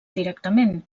directament